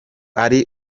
ari